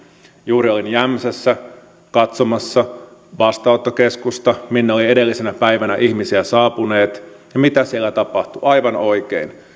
juuri olin jämsässä katsomassa vastaanottokeskusta minne oli edellisenä päivänä ihmisiä saapunut ja mitä siellä tapahtui aivan oikein